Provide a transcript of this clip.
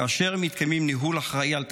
כאשר מתקיים ניהול אחראי של התקציב,